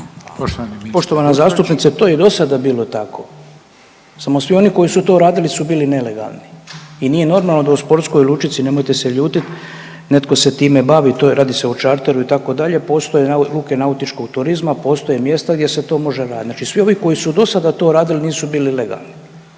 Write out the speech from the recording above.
Poštovana zastupnice to je i dosada bilo tako samo svi oni koji su to radili su bili nelegalni i nije normalno da u sportskoj lučici, nemojte se ljutit, netko se time bavi i to je, radi se o čarteru itd., postoje …/Govornik se ne razumije./… nautičkog turizma, postoje mjesta gdje se to može raditi. Znači svi ovi koji su dosada to radili nisu bili legalni.